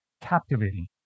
captivating